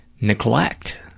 neglect